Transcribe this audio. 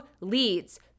leads